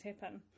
happen